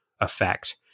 effect